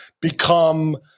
become